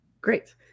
Great